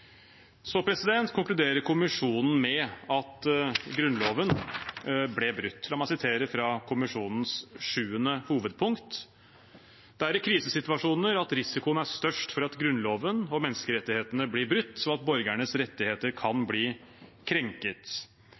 Så konkluderer kommisjonen med at Grunnloven ble brutt. La meg sitere fra kommisjonens sjuende hovedpunkt: «Det er i krisesituasjoner at risikoen er størst for at Grunnloven og menneskerettighetene blir brutt, og at borgernes rettigheter kan bli krenket.»